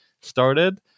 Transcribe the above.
started